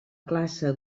classe